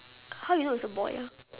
how you know it's a boy ah